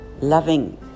loving